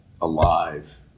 alive